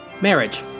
Marriage